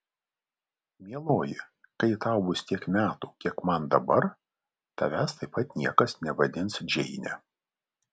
mieloji kai tau bus tiek metų kiek man dabar tavęs taip pat niekas nevadins džeine